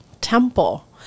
temple